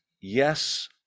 yes